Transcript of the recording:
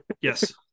Yes